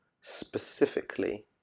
specifically